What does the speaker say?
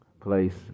place